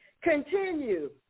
Continue